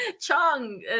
Chong